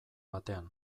batean